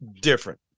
different